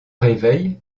réveille